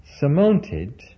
surmounted